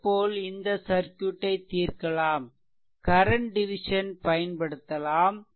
அதே போல் இந்த சர்க்யூட்டை தீர்க்கலாம் கரன்ட் டிவிசன் பயன்படுத்தலாம்